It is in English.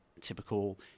typical